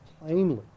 plainly